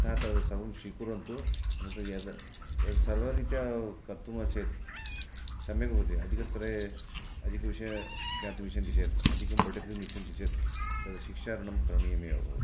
अतः तत् सर्वं स्वीकुर्वन्तु अनन्तरं यत् सर्वकारीत्या कर्तुं चेत् सम्यक् भवति अधिकस्तरे अधिकविषयं ज्ञातुम् इच्छन्ति चेत् अधिकं पठितुम् इच्छन्ति चेत् तत् शिक्षाऋणं करणीयमेव भवति